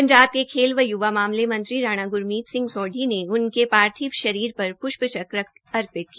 पंजाब के खेल व य्वा मामले मंत्री राणा गुरमीत ने उनके पार्थिव शरीर पर पृष्प चक्र अर्पित किया